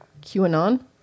QAnon